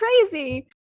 crazy